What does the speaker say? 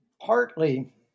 partly